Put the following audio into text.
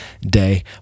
day